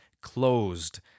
closed